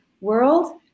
world